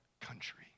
country